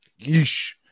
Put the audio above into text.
Yeesh